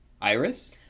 Iris